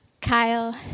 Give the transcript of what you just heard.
Kyle